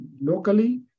locally